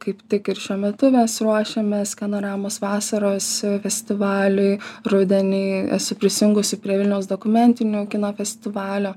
kaip tik ir šiuo metu mes ruošiamės skenoramos vasaros festivaliui rudenį esu prisijungusi prie vilniaus dokumentinių kino festivalio